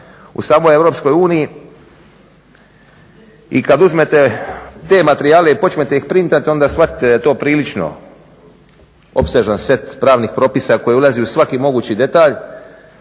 U samoj EU i kad uzmete te materijale i počnete ih printati onda shvatite da je to prilično opsežan set pravih propisa koji ulazi u svaki mogući detalj